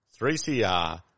3CR